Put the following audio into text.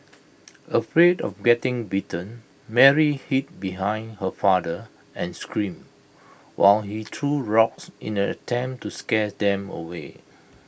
afraid of getting bitten Mary hid behind her father and screamed while he threw rocks in an attempt to scare them away